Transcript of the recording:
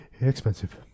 expensive